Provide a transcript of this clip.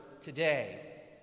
today